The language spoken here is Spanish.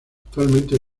actualmente